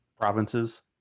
Provinces